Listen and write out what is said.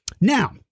Now